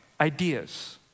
ideas